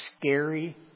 scary